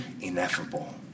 ineffable